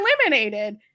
eliminated